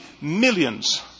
millions